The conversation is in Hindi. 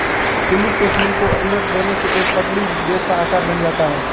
ट्यूलिप के फूल को उलट देने से एक पगड़ी जैसा आकार बन जाता है